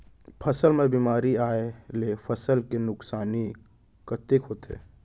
फसल म बेमारी आए ले फसल के नुकसानी कतेक होथे?